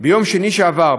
ביום שני שעבר,